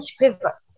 river